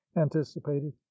anticipated